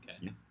okay